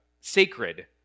sacred